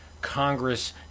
Congress